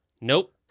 Nope